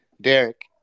Derek